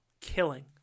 killing